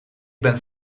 ben